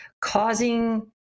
causing